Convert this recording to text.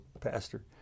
pastor